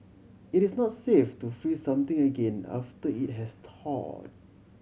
it is not safe to freeze something again after it has thawed